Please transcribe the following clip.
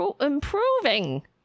improving